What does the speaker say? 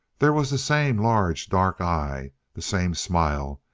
there was the same large, dark eye the same smile,